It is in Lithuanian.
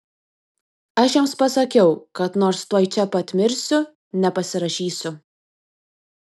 aš jiems pasakiau kad nors tuoj čia pat mirsiu nepasirašysiu